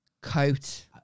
coat